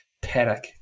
paddock